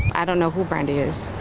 i don't know who brand is.